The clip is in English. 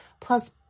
plus